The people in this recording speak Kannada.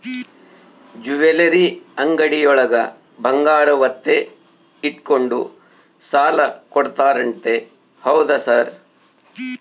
ಜ್ಯುವೆಲರಿ ಅಂಗಡಿಯೊಳಗ ಬಂಗಾರ ಒತ್ತೆ ಇಟ್ಕೊಂಡು ಸಾಲ ಕೊಡ್ತಾರಂತೆ ಹೌದಾ ಸರ್?